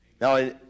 Now